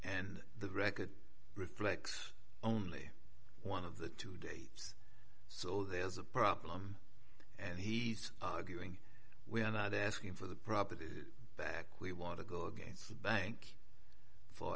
and the record reflects only one of the two dates so there's a problem and he's arguing we're not asking for the property back we want to go against the bank for